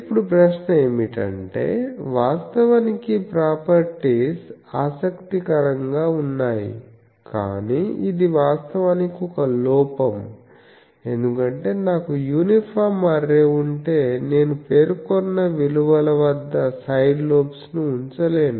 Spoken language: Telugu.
ఇప్పుడు ప్రశ్న ఏమిటంటే వాస్తవానికి ఈ ప్రాపర్టీస్ ఆసక్తికరంగా ఉన్నాయి కానీ ఇది వాస్తవానికి ఒక లోపం ఎందుకంటే నాకు యూనిఫామ్ అర్రే ఉంటే నేను పేర్కొన్న విలువల వద్ద సైడ్ లోబ్స్ ను ఉంచలేను